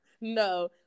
No